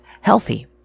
healthy